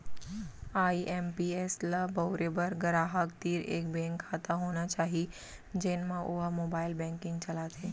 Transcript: IMPS ल बउरे बर गराहक तीर एक बेंक खाता होना चाही जेन म वो ह मोबाइल बेंकिंग चलाथे